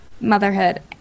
motherhood